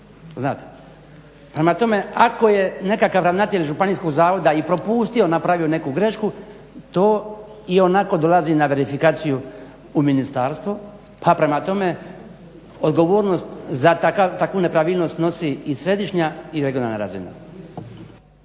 znate. Prema tome, ako je nekakav ravnatelj županijskog zavoda i propustio, napravio neku grešku to ionako dolazi na verifikaciju u ministarstvo pa prema tome odgovornost za takvu nepravilnost snosi i središnja i regionalna razina.